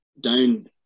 Down